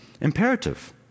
imperative